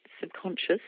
subconscious